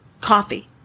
coffee